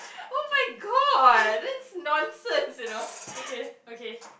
oh-my-god that's nonsense you know okay okay